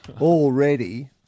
already